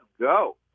go